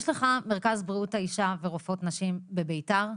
יש לך מרכז בריאות האישה ורופאות נשים בביתר?